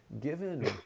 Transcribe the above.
given